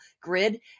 grid